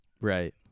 Right